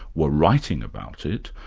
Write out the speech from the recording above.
were writing about it.